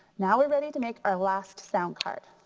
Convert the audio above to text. now we're ready to make our last sound card.